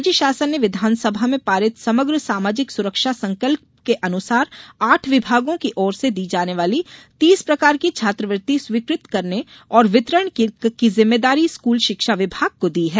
राज्यशासन ने विधानसभा में पारित समग्र सामाजिक सुरक्षा संकल्प के अनुसार आठ विभागों की ओर से दी जाने वाली तीस प्रकार की छात्रवृत्ति स्वीकृत करने और वितरण की जिम्मेदारी स्कूल शिक्षा विभाग को दी है